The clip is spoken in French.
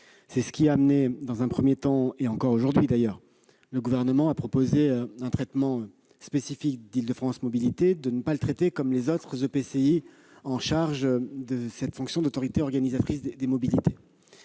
C'est ce qui a conduit dans un premier temps, et encore aujourd'hui, le Gouvernement à proposer un traitement spécifique d'Île-de-France Mobilités, à ne pas le traiter comme les autres EPCI en charge de la fonction d'autorité organisatrice des mobilités.